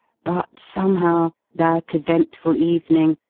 but, somehow, that eventful evening,